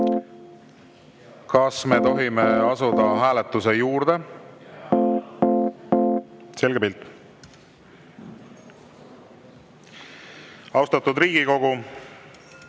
Kas me tohime asuda hääletuse juurde? Selge pilt. Austatud Riigikogu,